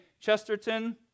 Chesterton